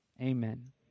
amen